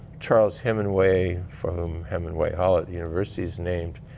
charles hemingway from hemingway, ah ah university's named,